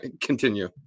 Continue